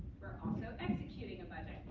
we're also executing a budget.